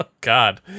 god